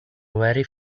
very